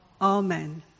Amen